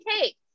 cake